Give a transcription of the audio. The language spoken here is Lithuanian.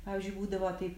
pavyzdžiui būdavo taip